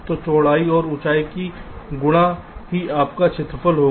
तो चौड़ाई और ऊंचाई की गुणा की आपका क्षेत्रफल होगा